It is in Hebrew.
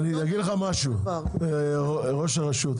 אני אגיד לך משהו ראש הרשות,